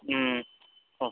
অঁ